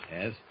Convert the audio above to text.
Yes